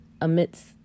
amidst